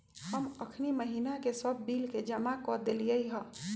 हम अखनी महिना के सभ बिल के जमा कऽ देलियइ ह